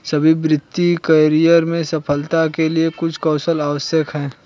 सभी वित्तीय करियर में सफलता के लिए कुछ कौशल आवश्यक हैं